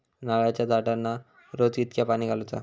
नारळाचा झाडांना रोज कितक्या पाणी घालुचा?